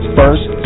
first